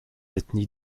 ethnies